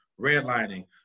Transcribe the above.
redlining